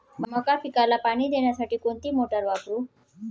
मका पिकाला पाणी देण्यासाठी कोणती मोटार वापरू?